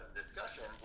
discussion